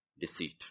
Deceit